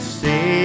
say